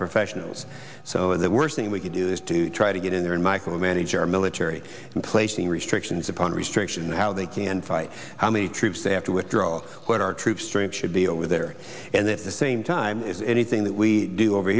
professionals so the worst thing we can do is to try to get in there and micromanage our military and placing restrictions upon restriction how they can fight how many troops they have to withdraw what our troop strength should be over there and at the same time if anything that we do over